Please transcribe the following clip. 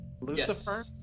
Lucifer